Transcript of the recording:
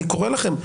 אני קורא לכם,